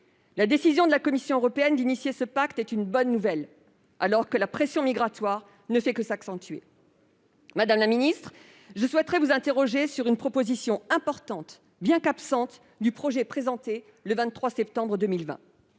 La décision de la Commission européenne de mettre en oeuvre ce pacte est une bonne nouvelle, alors que la pression migratoire ne fait que s'accentuer. Je souhaiterais vous interroger sur une proposition importante, bien qu'absente du projet présenté le 23 septembre 2020.